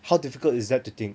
how difficult is that to think